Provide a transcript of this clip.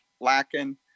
lacking